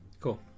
cool